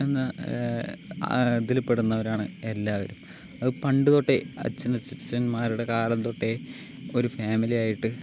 എന്ന ഇതില് പെടുന്നവരാണ് എല്ലാവരും അത് പണ്ടു തൊട്ടേ അച്ഛനച്ഛാച്ചൻമാരുടെ കാലം തൊട്ടേ ഒരു ഫാമിലിയായിട്ട്